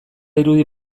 irudi